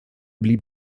blieb